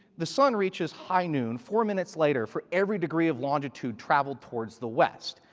the stun reaches high noon four minutes later for every degree of longitude traveled towards the west.